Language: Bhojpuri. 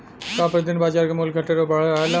का प्रति दिन बाजार क मूल्य घटत और बढ़त रहेला?